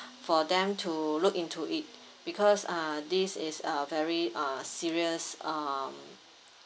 for them to look into it because ah this is a very uh serious um